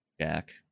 Jack